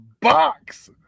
box